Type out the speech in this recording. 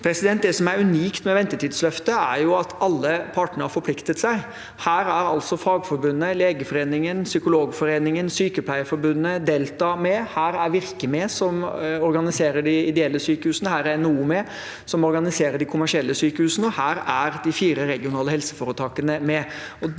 Det som er unikt med ventetidsløftet, er at alle partene har forpliktet seg. Her er altså Fagforbundet, Legeforeningen, Psykologforeningen, Sykepleierforbundet og Delta med. Her er Virke, som organiserer de ideelle sykehusene, med, her er NHO, som organiserer de kommersielle sykehusene, med, og her er de fire regionale helseforetakene med.